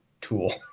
Tool